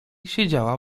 siedziała